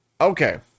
Okay